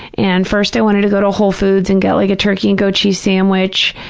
and, first, i wanted to go to whole foods and get like a turkey and goat cheese sandwich,